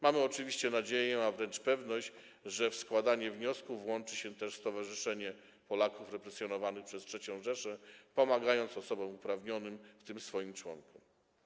Mamy oczywiście nadzieję, a wręcz pewność, że jeśli chodzi o składanie wniosków włączy się w to też Stowarzyszenie Polaków Represjonowanych przez III Rzeszę, pomagając osobom uprawnionym, w tym swoim członkom.